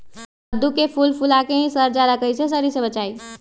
कददु के फूल फुला के ही सर जाला कइसे सरी से बचाई?